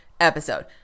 episode